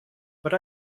but